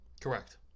Correct